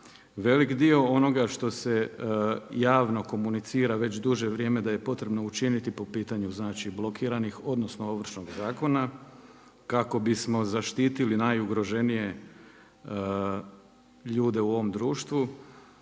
Veliki dio onoga što se javno komunicira već duže vrijeme da je potrebno učiniti po pitanju blokiranih, odnosno ovršnog zakona, kako bismo zaštitili najugroženije ljude u ovom društvu,